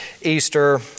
Easter